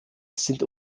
sind